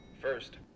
First